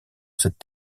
cette